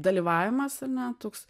dalyvavimas ar ne toks